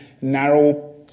narrow